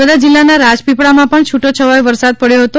નર્મદા જિલ્લાનાં રાજપીપળામાં પણ છુટોછવાયો વરસાદ પડ્યો હતો